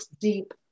deep